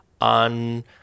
on